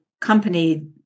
company